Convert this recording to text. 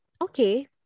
okay